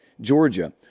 Georgia